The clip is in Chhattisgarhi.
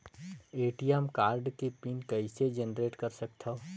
ए.टी.एम कारड के पिन कइसे जनरेट कर सकथव?